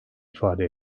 ifade